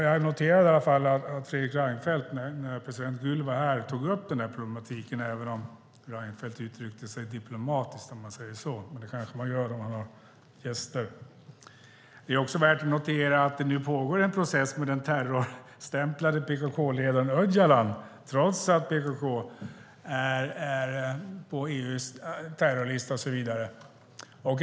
Jag noterade att Fredrik Reinfeldt tog upp denna problematik när president Gül var här, även om Reinfeldt uttryckte sig diplomatiskt. Men det kanske man gör när man har gäster. Det är också värt att notera att det pågår en process med den terrorstämplade PKK-ledaren Öcalan, trots att PKK står på EU:s terrorlista.